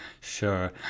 Sure